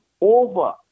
over